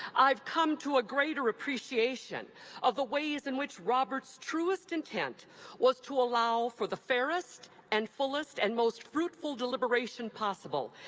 i've come to a greater appreciation of the ways in which robert's truest intent was to allow for the fairest and fullest and most fruitful deliberation possible,